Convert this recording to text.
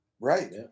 Right